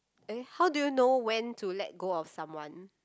eh how do you know when to let go of someone